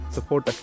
Support